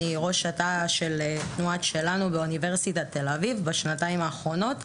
ראש התא של תנועת "שלנו" באוניברסיטת תל אביב בשנתיים האחרונות.